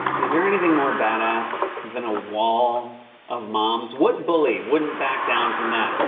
is there anything more badass than a wall of moms? what bully wouldn't back down from that?